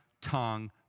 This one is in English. tongue